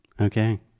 Okay